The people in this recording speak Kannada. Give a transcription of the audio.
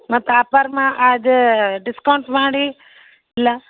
ಮತ್ತೆ ಆಫರ್ ಮಾ ಅದು ಡಿಸ್ಕೌಂಟ್ ಮಾಡಿ ಇಲ್ಲ